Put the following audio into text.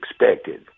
expected